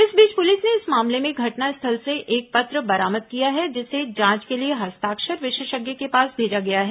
इस बीच पुलिस ने इस मामले में घटनास्थल से एक पत्र बरामद किया है जिसे जांच के लिए हस्ताक्षर विशेषज्ञ के पास भेजा गया है